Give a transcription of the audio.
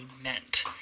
meant